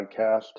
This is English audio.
podcast